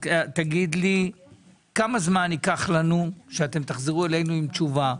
תגיד לי כמה זמן ייקח לנו שאתם תחזרו אלינו עם תשובה,